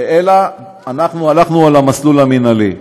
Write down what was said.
אלא הלכנו על המסלול המינהלי.